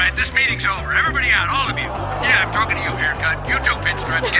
and this meeting's over. everybody out, all of you. yeah i'm talkin' to you haircut. you too pinch threat, and